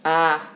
ah